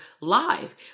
live